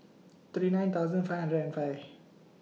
thirty nine thousand five hundred and five